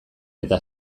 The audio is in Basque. eta